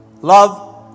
love